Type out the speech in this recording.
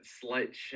slight